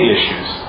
issues